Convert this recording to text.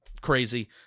crazy